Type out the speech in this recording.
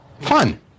Fun